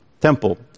Temple